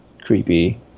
creepy